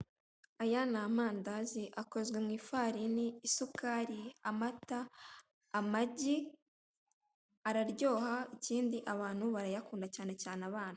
Aya ni amandazi, akozwe mu ifarini, isukari, amata, amagi, araryoha, ikindi abantu barayakunda, cyane cyane abana.